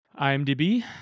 IMDb